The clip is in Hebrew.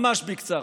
ממש בקצרה.